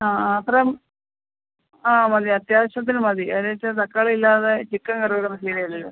ആ ആ അത്രയും ആ മതി അത്യാവശ്യത്തിന് മതി അന്നെച്ച തക്കാളി ഇല്ലാതെ ചിക്കൻ കറി വയ്ക്കുന്നത് ശരിയല്ലല്ലോ